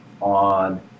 on